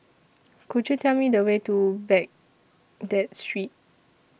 Could YOU Tell Me The Way to Baghdad Street